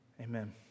Amen